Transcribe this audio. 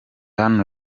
hano